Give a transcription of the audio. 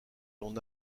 l’on